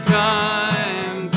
time